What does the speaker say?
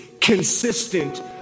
consistent